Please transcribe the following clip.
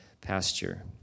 pasture